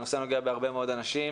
והנושא נוגע בהרבה מאוד אנשים.